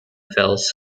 fells